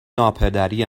ناپدری